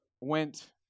went